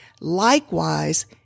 Likewise